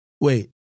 Wait